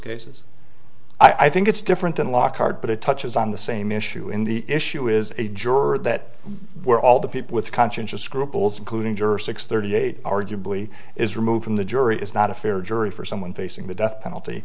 cases i think it's different than lockhart but it touches on the same issue in the issue is a juror that where all the people with conscientious scruples including juror six thirty eight arguably is removed from the jury is not a fair jury for someone facing the death penalty